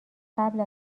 قبل